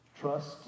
trust